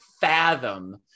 fathom